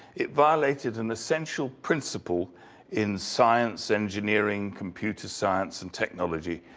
it violated an essential principle in science engineering, computer science and technology,